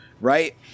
right